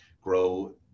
grow